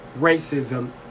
racism